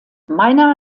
meiner